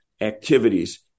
activities